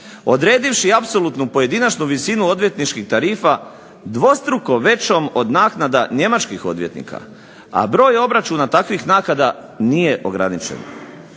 odredivši apsolutnu pojedinačnu visinu odvjetničkih tarifa dvostruko većom od naknada njemačkih odvjetnika, a broj obračuna takvih naknada nije ograničen.